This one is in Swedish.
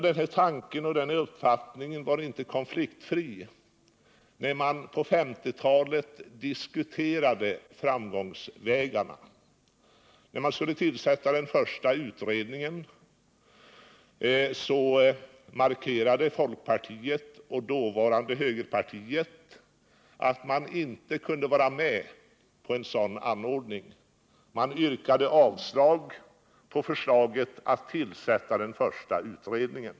Denna tanke och denna uppfattning var inte konfliktfri, när man på 1950-talet diskuterade framgångsvägarna. När man skulle tillsätta den första utredningen markerade folkpartiet och dåvarande högerpartiet att man inte kunde vara med på en sådan stödgivning. Man yrkade avslag på förslaget att tillsätta den första utredningen.